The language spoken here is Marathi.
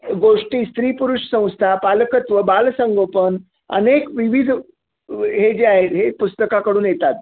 गोष्टी स्त्रीपुरुष संस्था पालकत्व बालसंगोपन अनेक विविध हे जे आहेत हे पुस्तकाकडून येतात